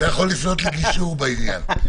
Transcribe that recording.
אתה יכול לפנות לגישור בעניין...